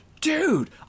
dude